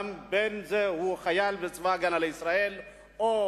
בין אם הוא חייל בצבא-הגנה לישראל או